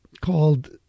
called